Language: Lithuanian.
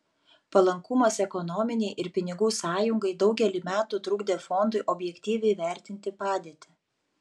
palankumas ekonominei ir pinigų sąjungai daugelį metų trukdė fondui objektyviai vertinti padėtį